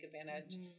advantage